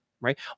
right